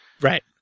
Right